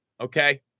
Okay